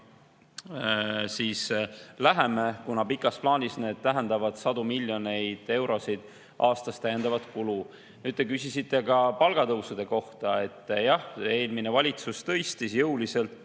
läheme, kuna pikas plaanis need tähendavad sadu miljoneid eurosid aastas täiendavat kulu. Nüüd, te küsisite ka palgatõusude kohta. Jah, eelmine valitsus tõstis jõuliselt